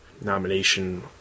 nomination